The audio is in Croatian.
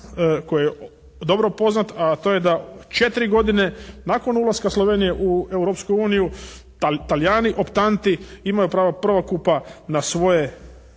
koji je dobro poznat, a to je da četiri godine nakon ulaska Slovenije u Europsku uniju, Talijani optanti imaju pravo prvokupa na svoje